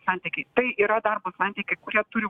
santykiai tai yra darbo santykiai kurie turi